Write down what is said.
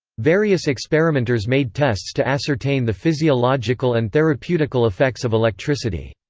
various experimenters made tests to ascertain the physiological and therapeutical effects of electricity.